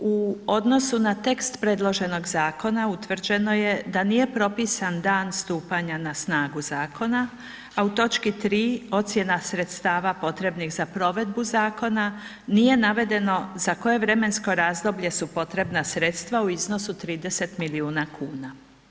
U odnosu na tekst predloženog zakona utvrđeno je da nije propisan dan stupanja na snagu zakona, a u točki 3. ocjena sredstava potrebnih za provedbu zakona, nije navedeno za koje vremensko razdoblje su potrebna sredstva u iznosu 30 milijuna kuna.